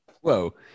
Whoa